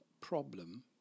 problem